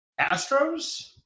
Astros